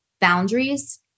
boundaries